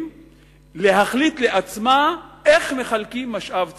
להחליט לעצמה איך מחלקים משאב ציבורי.